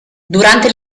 durante